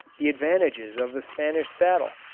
the advantages of the spanish saddle,